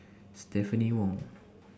Stephanie Wong